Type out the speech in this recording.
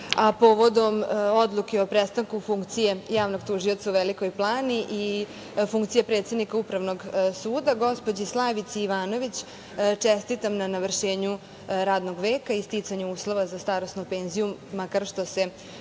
a povodom odluke o prestanku funkcije javnog tužioca u Velikoj Plani i funkcije predsednika Upravnog suda, gospođi Slavici Ivanović čestitam na navršenju radnog veka i sticanju uslova za starosnu penziju, makar što se